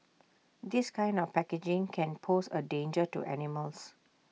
this kind of packaging can pose A danger to animals